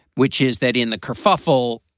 which is that in the kerfuffle,